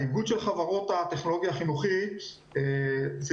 האיגוד של חברות הטכנולוגיה החינוכית זו